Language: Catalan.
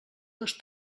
les